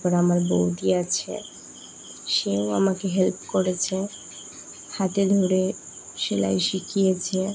তারপর আমার বৌদি আছে সেও আমাকে হেল্প করেছে হাতে ধরে সেলাই শিখিয়েছে